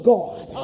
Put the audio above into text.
God